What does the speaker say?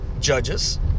judges